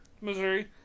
Missouri